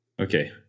Okay